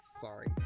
Sorry